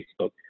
Facebook